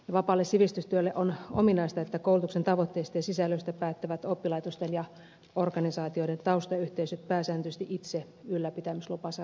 vapaalle sivistystyölle on ominaista että koulutuksen tavoitteista ja sisällöstä päättävät oppilaitosten ja organisaatioiden taustayhteisöt pääsääntöisesti itse ylläpitämislupansa rajoissa